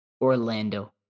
Orlando